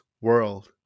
world